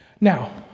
Now